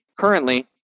currently